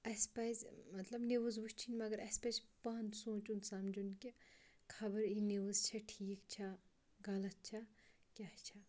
اَسہِ پَزِ مطلب نِوٕز وٕچھِنۍ مگر اَسہِ پَزِ پانہٕ سونٛچُن سَمجھُن کہِ خبر یہِ نِوٕز چھےٚ ٹھیٖک چھا غلط چھا کیٛاہ چھا